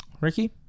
Ricky